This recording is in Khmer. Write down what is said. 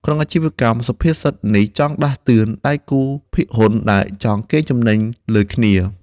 ក្នុងអាជីវកម្ម សុភាសិតនេះចង់ដាស់តឿនដៃគូភាគហ៊ុនដែលចង់កេងចំណេញលើគ្នា។